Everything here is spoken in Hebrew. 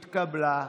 התקבלה.